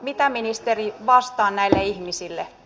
mitä ministeri vastaan näille ihmisille